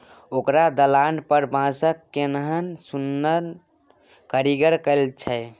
ओकर दलान पर बांसक केहन सुन्नर कारीगरी कएल छै